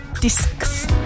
discs